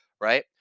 Right